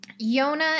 Yona